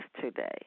today